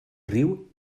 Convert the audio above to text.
riu